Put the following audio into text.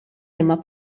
liema